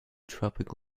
tropic